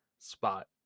spot